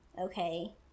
okay